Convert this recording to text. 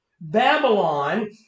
Babylon